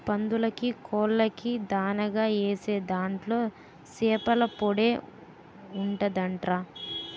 పందులకీ, కోళ్ళకీ దానాగా ఏసే దాంట్లో సేపల పొడే ఉంటదంట్రా